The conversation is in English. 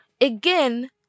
again